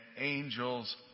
angels